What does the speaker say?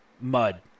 mud